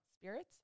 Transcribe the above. Spirits